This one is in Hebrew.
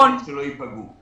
צריך שלא ייפגעו.